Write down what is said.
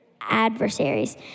adversaries